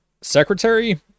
secretary